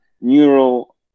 neural